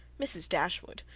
mrs. dashwood,